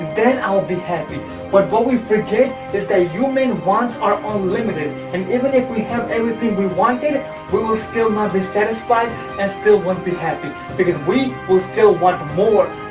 then i'll be happy but what we forget is that human wants are um unlimited and even if we have everything we wanted we will still not be satisfied and still won't be happy. because we will still want more,